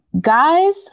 guys